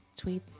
tweets